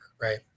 right